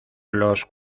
los